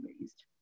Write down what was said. raised